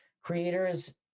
creators